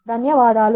ధన్యవాదాలు